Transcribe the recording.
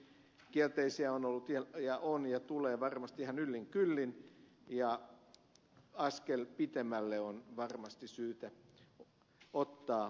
kielteisiä on ollut ja on ja tulee varmasti ihan yllin kyllin ja askel pitemmälle on varmasti syytä ottaa jatkossa